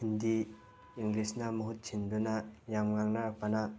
ꯍꯤꯟꯗꯤ ꯏꯪꯂꯤꯁꯅ ꯃꯍꯨꯠ ꯁꯤꯟꯗꯨꯅ ꯌꯥꯝ ꯉꯥꯡꯅꯔꯛꯄꯅ